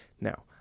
Now